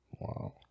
wow